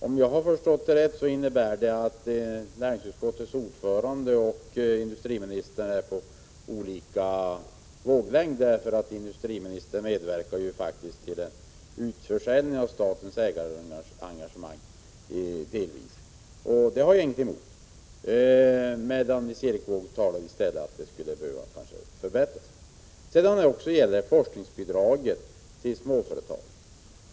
Om jag har förstått det rätt är i så fall näringsutskottets ordförande och industriministern på olika våglängd; industriministern medverkar ju till en utförsäljning av delar av statens ägarengagemang — det har jag ingenting emot — medan Nils Erik Wååg i stället talade om att det kanske skulle behöva förbättras.